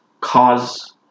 cause